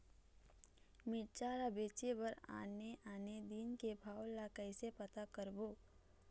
मिरचा ला बेचे बर आने आने दिन के भाव ला कइसे पता करबो?